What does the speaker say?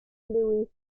louis